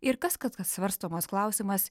ir kas kad kad svarstomas klausimas